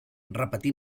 repetí